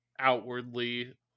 outwardly